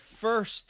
first